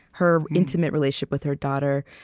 her intimate relationship with her daughter.